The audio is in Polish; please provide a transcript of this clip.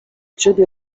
ciebie